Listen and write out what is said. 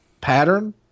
pattern